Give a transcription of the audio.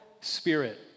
spirit